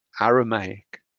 Aramaic